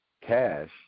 cash